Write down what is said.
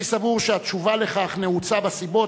אני סבור שהתשובה על כך נעוצה בסיבות